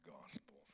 gospel